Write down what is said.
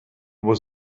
was